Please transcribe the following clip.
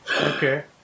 Okay